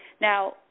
Now